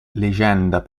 legenda